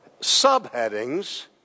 subheadings